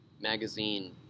magazine